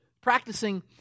Practicing